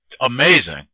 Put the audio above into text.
amazing